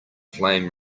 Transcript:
flame